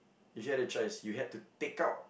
if you had a choice you have to take out